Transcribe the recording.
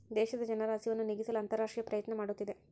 ದೇಶದ ಜನರ ಹಸಿವನ್ನು ನೇಗಿಸಲು ಅಂತರರಾಷ್ಟ್ರೇಯ ಪ್ರಯತ್ನ ಮಾಡುತ್ತಿದೆ